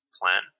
plan